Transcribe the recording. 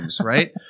right